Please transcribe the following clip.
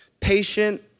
patient